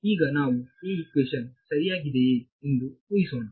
ಆದ್ದರಿಂದ ಈಗ ನಾವು ಈ ಇಕ್ವೇಶನ್ ಸರಿಯಾಗಿದೆ ಎಂದು ಉಹಿಸೋಣ